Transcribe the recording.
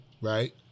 right